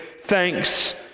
thanks